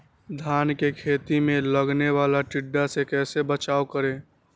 धान के खेत मे लगने वाले टिड्डा से कैसे बचाओ करें?